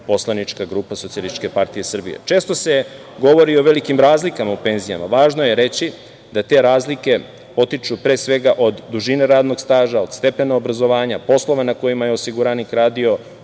poslanička grupa SPS.Često se govori o velikim razlikama u penzijama. Važno je reći da te razlike potiču pre svega od dužine radnog staža, od stepena obrazovanja, poslova na kojima je osiguranik radio,